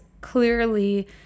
clearly